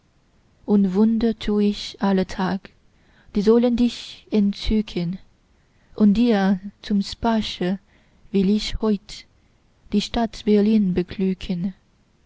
und wunder tu ich alle tag die sollen dich entzücken und dir zum spaße will ich heut die stadt berlin